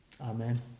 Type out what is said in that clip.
Amen